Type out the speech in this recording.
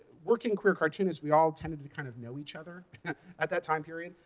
working, queer cartoonists, we all tended to kind of know each other at that time period.